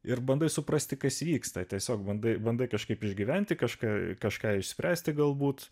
ir bandai suprasti kas vyksta tiesiog bandai bandai kažkaip išgyventi kažką kažką išspręsti galbūt